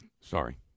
Sorry